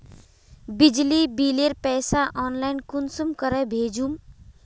बिजली बिलेर पैसा ऑनलाइन कुंसम करे भेजुम?